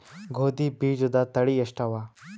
ಗೋಧಿ ಬೀಜುದ ತಳಿ ಎಷ್ಟವ?